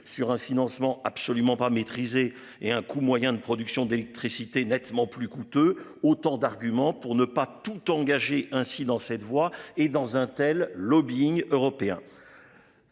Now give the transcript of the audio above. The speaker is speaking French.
sur un financement absolument pas maîtrisé et un coût moyen de production d'électricité nettement plus coûteux. Autant d'arguments pour ne pas tout. Ainsi dans cette voie et dans un tel lobbying européen.